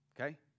okay